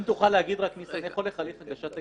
אם תוכל להגיד רק איך הולך הליך הגשת ההסתייגויות,